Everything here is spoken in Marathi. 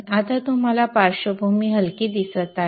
आता तुम्हाला पार्श्वभूमी हलकी दिसत आहे